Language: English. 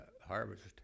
harvest